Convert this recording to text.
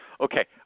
okay